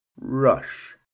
rush